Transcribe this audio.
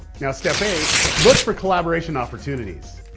now step eight look for collaboration opportunities.